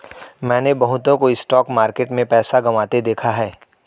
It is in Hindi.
मैंने बहुतों को स्टॉक मार्केट में पैसा गंवाते देखा हैं